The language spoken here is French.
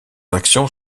actions